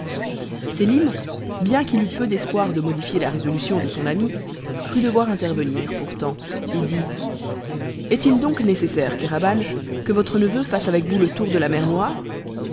sélim bien qu'il eût peu d'espoir de modifier la résolution de son ami crut devoir intervenir pourtant et dit est-il donc nécessaire kéraban que votre neveu fasse avec vous le tour de la mer noire